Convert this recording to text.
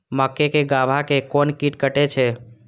मक्के के गाभा के कोन कीट कटे छे?